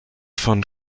von